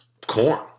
corn